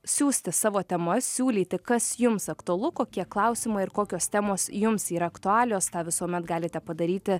siųsti savo temas siūlyti kas jums aktualu kokie klausimai ir kokios temos jums yra aktualios tą visuomet galite padaryti